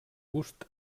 gust